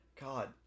God